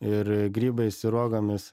ir grybais ir uogomis